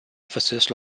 offices